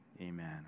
Amen